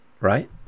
right